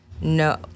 No